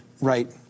right